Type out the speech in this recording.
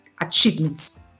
achievements